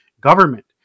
government